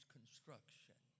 Construction